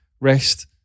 rest